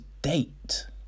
date